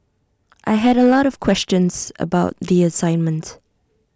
I had A lot of questions about the assignment